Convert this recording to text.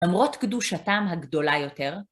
למרות קדושתם הגדולה יותר,